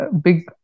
big